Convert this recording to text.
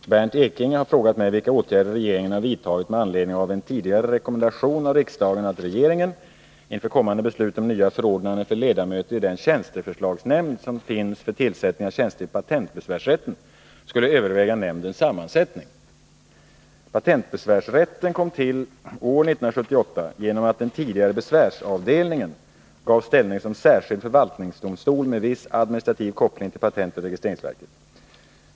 Herr talman! Bernt Ekinge har frågat mig vilka åtgärder regeringen har vidtagit med anledning av en tidigare rekommendation av riksdagen att regeringen — inför kommande beslut om nya förordnanden för ledamöter i den tjänsteförslagsnämnd som finns för tillsättning av tjänster i patentbe svärsrätten — skulle överväga nämndens sammansättning. Patentbesvärsrätten kom till år 1978 genom att den tidigare besvärsavdelningen gavs ställning som särskild förvaltningsdomstol med viss administrativ koppling till patentoch registreringsverket.